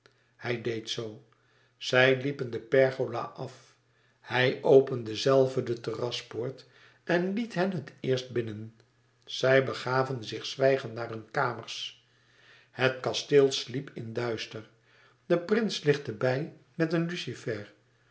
hij deed zoo zij liepen de pergola af hij opende zelve de terraspoort en liet hen het eerst binnen zij begaven zich zwijgend naar hunne kamers het kasteel sliep in duister de prins lichtte bij met een lucifer